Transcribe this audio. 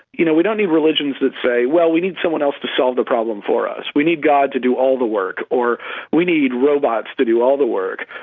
you know, we don't need religions that say, well, we need someone else to solve the problem for us, we need god to do all the work, or we need robots to do all the work.